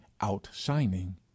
outshining